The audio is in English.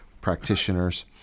practitioners